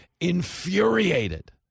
infuriated